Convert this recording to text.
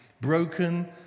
broken